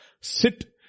Sit